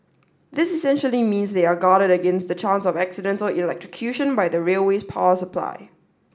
this essentially means they are guarded against the chance of accidental electrocution by the railway's power supply